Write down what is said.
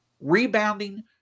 rebounding